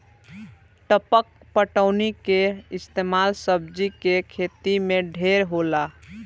टपक पटौनी के इस्तमाल सब्जी के खेती मे ढेर होला